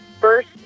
first